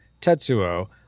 Tetsuo